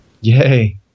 Yay